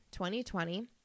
2020